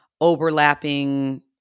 overlapping